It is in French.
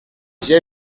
j’ai